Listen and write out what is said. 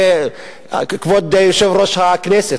כבוד יושב-ראש הכנסת?